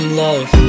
love